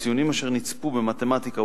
הציונים אשר נצפו במתמטיקה,